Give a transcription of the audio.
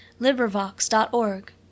LibriVox.org